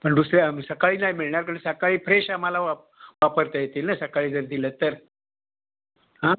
पण दुसऱ्या सकाळी नाही मिळणार कारण सकाळी फ्रेश आम्हाला वा वापरता येतील ना सकाळी जर दिलंत तर हां